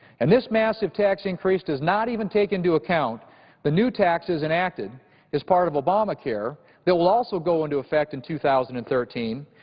and this massive tax increase does not even take into account the new taxes enacted as part of obamacare that will also go into effect in two thousand and thirteen,